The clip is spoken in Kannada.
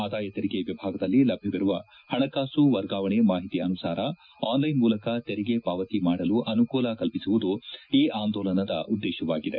ಆದಾಯ ತೆರಿಗೆ ವಿಭಾಗದಲ್ಲಿ ಲಭ್ಯವಿರುವ ಹಣಕಾಸು ವರ್ಗಾವಣೆ ಮಾಹಿತಿ ಅನುಸಾರ ಆನ್ಲೈನ್ ಮೂಲಕ ತೆರಿಗೆ ಪಾವತಿ ಮಾಡಲು ಅನುಕೂಲ ಕಲ್ಪಿಸುವುದು ಇ ಆಂದೋಲನದ ಉದ್ದೇಶವಾಗಿದೆ